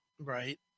Right